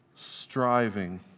Striving